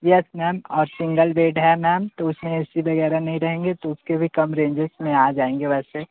yes ma'am और single bed है ma'am तो उस में ए सी वग़ैरह नहीं रहेंगे तो उसके भी कम रेंजेस में आ जाएंगे वैसे